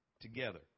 together